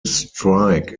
strike